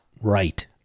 Right